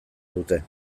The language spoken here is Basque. dute